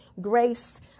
grace